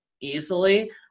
easily